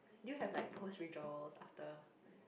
do you have like post rituals after